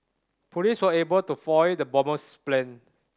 police were able to foil the bomber's plan